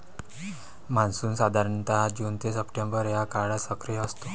monsoon साधारणतः जून ते सप्टेंबर या काळात सक्रिय असतो